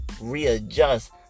readjust